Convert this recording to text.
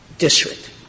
district